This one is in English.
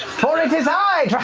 for it is i,